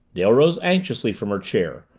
dale rose anxiously from her chair,